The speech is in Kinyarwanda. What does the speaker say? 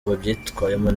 babyitwayemo